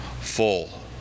full